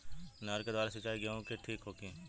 नहर के द्वारा सिंचाई गेहूँ के ठीक होखि?